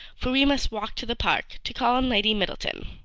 for we must walk to the park, to call on lady middleton.